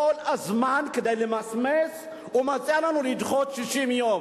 כל הזמן, כדי למסמס, הוא מציע לנו לדחות 60 יום,